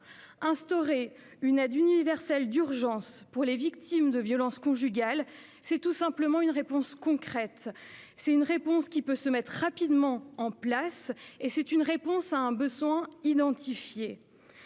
Instaurer une aide universelle d'urgence pour les victimes de violences conjugales, c'est tout simplement une réponse concrète, qui peut se mettre rapidement en place- une réponse à un besoin identifié.